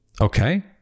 Okay